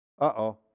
Uh-oh